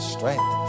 Strength